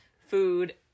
food